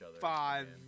five